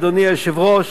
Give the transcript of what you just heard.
אדוני היושב-ראש,